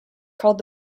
called